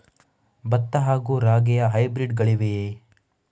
ಭತ್ತ ಹಾಗೂ ರಾಗಿಯ ಹೈಬ್ರಿಡ್ ಗಳಿವೆಯೇ?